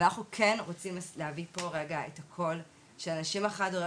אבל אנחנו כן רוצים להביא פה רגע את הקול של הנשים החד-הוריות,